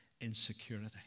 insecurity